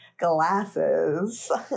Glasses